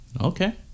Okay